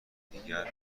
دیگر